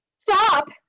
Stop